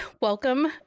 welcome